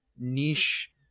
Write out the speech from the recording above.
niche